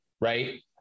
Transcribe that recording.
right